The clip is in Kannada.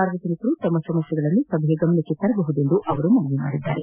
ಸಾರ್ವಜನಿಕರು ತಮ್ಮ ಸಮಸ್ಥೆಗಳನ್ನು ಸಭೆಯ ಗಮನಕ್ಕೆ ತರುವಂತೆ ಅವರು ಮನವಿ ಮಾಡಿದ್ದಾರೆ